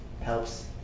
helps